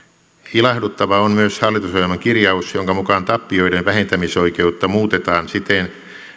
ilahduttava on myös hallitusohjelman kirjaus jonka mukaan tappioiden vähentämisoikeutta muutetaan siten